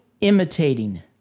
imitating